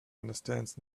understands